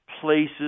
places